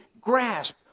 grasp